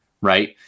Right